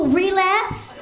relapse